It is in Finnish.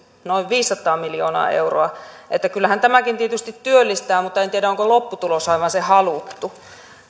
noin viisisataa miljoonaa euroa että kyllähän tämäkin tietysti työllistää mutta en tiedä onko lopputulos aivan se haluttu